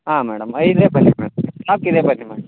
ಹಾಂ ಮೇಡಮ್ ಇದೆ ಬನ್ನಿ ಮೇಡಮ್ ಸ್ಟಾಕ್ ಇದೆ ಬನ್ನಿ ಮೇಡಮ್